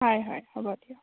হয় হয় হ'ব দিয়ক